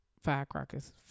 Firecrackers